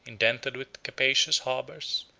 indented with capacious harbors,